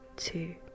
Two